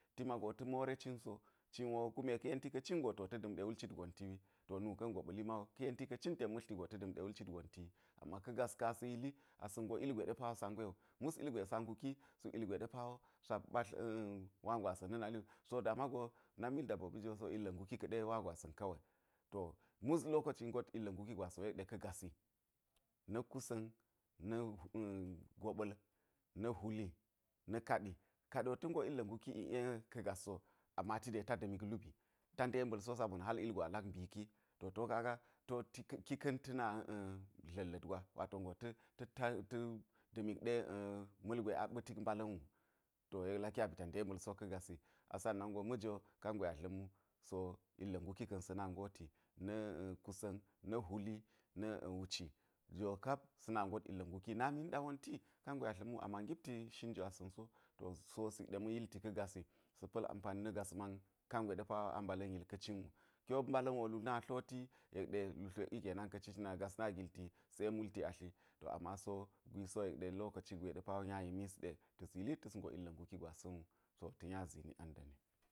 Ti mago ta̱ more cin so cin wo kume ka̱ yenti go to ta̱ da̱m ɗe wul cit gonti wi to nu ka̱n goɓa̱l ma wu ka̱ yenti ka̱ cin ten ma̱tltti ten ma̱tlti go ta̱ da̱m ɗe wul gonti wi ama ka̱ gas ka̱n asa̱ yili asa̱ ngo ilgwe ɗe pa wo sa ngwe wu, mus ilgwe sa nguki suk ilgwe sa ɓatl wa gwasa̱n na̱ nali si wo da mago nak mil dabbobi jo si wo illa̱ nguki ka̱ɗe wa gwasa̱n ka we, to mus lokoci ngot ilga̱ nguki gwasa̱n wo yek ɗe ka̱ gasi, na̱ kusa̱n na̱ goɓa̱l na̱ hwuli na̱ kaɗi, kaɗi wo ta̱ ngo illa̱ nguki i'e ka̱ gas so, ama ti dee ta da̱mik lubii ta demba̱l so hal ilgon a lak mbiki, to ti wo kaga ki ka̱n ta̱ na dla̱lla̱t gwa wato go ta̱ ta da̱mik ɗe ma̱lgwe a ɓa̱tik mbala̱n wu, to yek laki a ba̱ ta demba̱l so ka̱ gasi a sannan go ma̱jo kangwe a dla̱m wu si wo illa̱ nguki ka̱n sa̱ na ngoti, na̱ kusa̱n na̱ hwuli na̱ wuci jo wo sa̱ na ngot illa̱ nguki, nami niɗa wonti kangwe a dla̱m wu a man gipti shin jwasa̱n so, to si wo sik ɗe ma̱n yilti ka̱ gasi sa̱ pa̱l ampani na̱ man kangwe pa wo a mbala̱n yil ka̱ cin wu, ki wo mbala̱n wo lu na tloti, yek ɗe lu tlwek yi kena̱n ka̱ ci cina gas na gilti se multi atli ama si wo gwisi wo yek ɗe lokoci gwe nya yemisi ɗe ta̱s yili ta̱s ngo illa̱ nguki gwasa̱n to ta̱ nya zini ang.